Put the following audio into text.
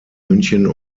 münchen